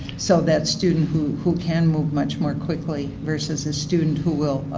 so that student who who can move much more quickly versus the student who will,